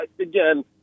Again